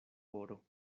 oro